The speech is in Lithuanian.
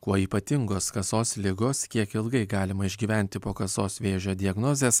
kuo ypatingos kasos ligos kiek ilgai galima išgyventi po kasos vėžio diagnozės